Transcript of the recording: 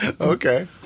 Okay